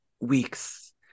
weeks